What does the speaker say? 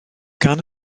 gan